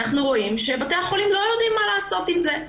אנחנו רואים שבתי החולים לא יודעים מה לעשות עם זה.